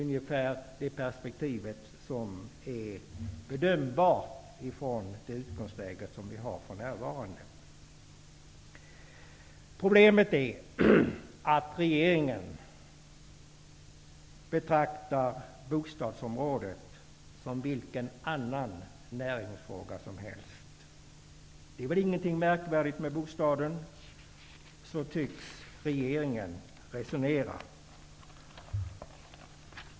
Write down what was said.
Det är det perspektiv som är bedömbart från det utgångsläge de har för närvarande. Problemet är att regeringen betraktar bostadsområdet som vilket annat näringsområde som helst. Det är väl ingenting märkvärdigt med bostaden -- så tycks regeringen resonera.